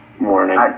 Morning